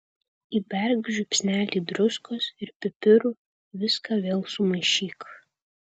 įberk žiupsnelį druskos ir pipirų viską vėl sumaišyk